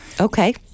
Okay